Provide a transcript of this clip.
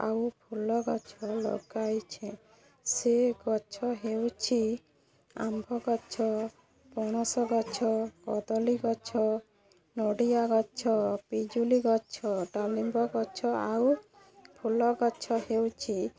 ଆଉ ଫୁଲ ଗଛ ଲଗାଇଛି ସେ ଗଛ ହେଉଛି ଆମ୍ଭ ଗଛ ପଣସ ଗଛ କଦଳୀ ଗଛ ନଡ଼ିଆ ଗଛ ପିଜୁଳି ଗଛ ଡ଼ାଳିମ୍ବ ଗଛ ଆଉ ଫୁଲ ଗଛ ହେଉଛି